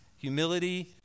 humility